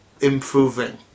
improving